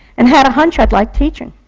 and had a hunch i'd like teaching.